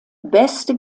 beste